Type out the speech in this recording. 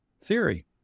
theory